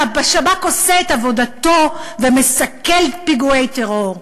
כשהשב"כ עושה את עבודתו ומסכל פיגועי טרור,